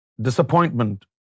disappointment